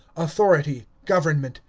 authority, government,